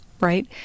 right